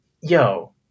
yo